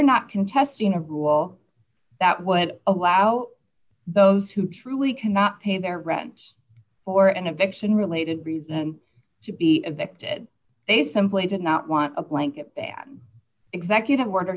not contesting a rule that would allow those who truly cannot pay their rent for and eviction related reason to be evicted they simply did not want a blanket ban executive order